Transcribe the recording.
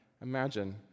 imagine